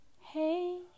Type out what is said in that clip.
Hey